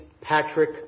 Patrick